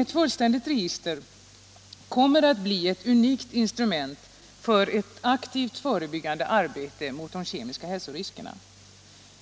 Ett fullständigt register kommer att bli ett unikt instrument för ett aktivt förebyggande arbete mot de kemiska hälsoriskerna.